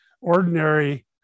Ordinary